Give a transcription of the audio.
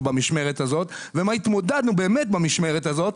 במשמרת הזאת ומה התמודדנו באמת במשמרת הזאת,